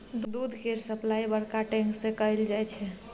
दूध केर सप्लाई बड़का टैंक सँ कएल जाई छै